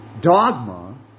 dogma